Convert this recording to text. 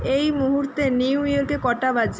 এই মুহূর্তে নিউ ইয়র্কে কটা বাজে